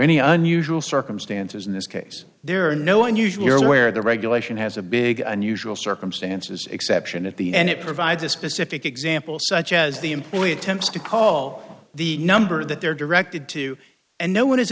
any unusual circumstances in this case there are no unusual where the regulation has a big unusual circumstances exception at the end it provides a specific example such as the employee attempts to call the number that they're directed to and no